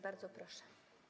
Bardzo proszę.